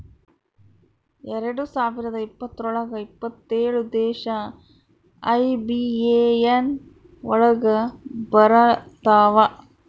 ಎರಡ್ ಸಾವಿರದ ಇಪ್ಪತ್ರೊಳಗ ಎಪ್ಪತ್ತೇಳು ದೇಶ ಐ.ಬಿ.ಎ.ಎನ್ ಒಳಗ ಬರತಾವ